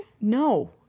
No